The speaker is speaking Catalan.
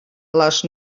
les